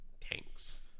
tanks